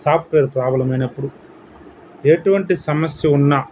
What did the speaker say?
software problem అయినప్పుడు ఎటువంటి సమస్య ఉన్నా